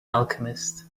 alchemist